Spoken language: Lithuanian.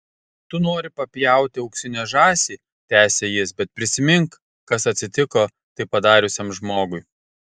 tu nori papjauti auksinę žąsį tęsė jis bet prisimink kas atsitiko tai padariusiam žmogui